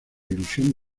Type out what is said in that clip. ilusión